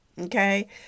Okay